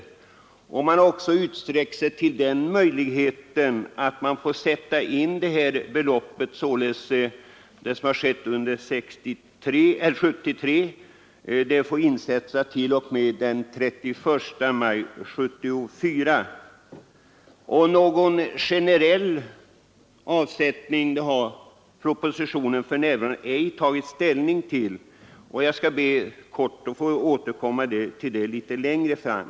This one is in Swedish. Nu föreslås också att de belopp som kommit in under 1973 skall få sättas in t.o.m. den 31 maj 1974. Några generella regler om ökad rätt till insättning på skogskonto har man i propositionen inte tagit ställning till. Jag skall be att få återkomma till det litet längre fram.